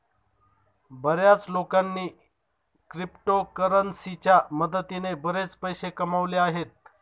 बर्याच लोकांनी क्रिप्टोकरन्सीच्या मदतीने बरेच पैसे कमावले आहेत